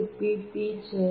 cpp છે